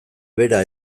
bera